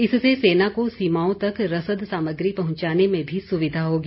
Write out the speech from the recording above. इससे सेना को सीमाओं तक रसद सामग्री पहुंचाने में भी सुविधा होगी